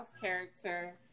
character